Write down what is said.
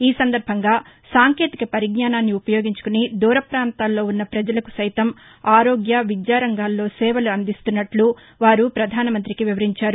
ఈ సందర్బంగా సాంకేతిక పరిజ్ఞానాన్ని ఉపయోగించుకుని దూర పాంతాల్లో ఉన్న పజలకు సైతం ఆరోగ్య విద్యారంగాల్లో సేవలు అందిస్తున్నట్ల వారు పధానమంతికి వివరించారు